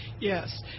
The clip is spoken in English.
Yes